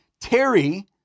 Terry